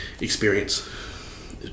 experience